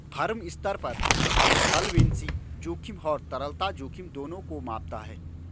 firm स्तर पर solvency जोखिम और तरलता जोखिम दोनों को मापता है